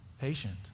Patient